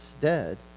dead